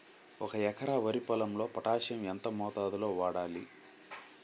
ఒక ఎకరా వరి పొలంలో పోటాషియం ఎంత మోతాదులో వాడాలి?